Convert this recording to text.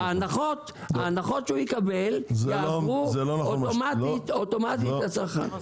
הנחות שהוא יקבל יעברו אוטומטית לצרכן.